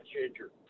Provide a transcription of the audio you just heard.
changer